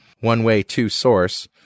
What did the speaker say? One-way-to-source